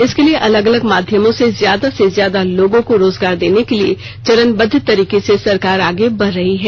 इसके लिए अलग अलग माध्यमों से ज्यादा से ज्यादा लोगों को रोजगार देने के लिए चरण बद्ध तरीके से सरकार आगे बढ़ रही है